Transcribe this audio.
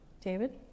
David